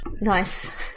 Nice